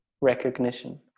recognition